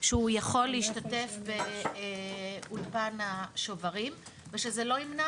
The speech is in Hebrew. שהוא יכול להשתתף באולפן השוברים ושזה לא ימנע